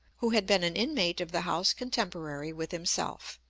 who had been an inmate of the house contemporary with himself,